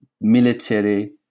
military